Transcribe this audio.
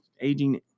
aging